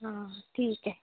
हां ठीक आहे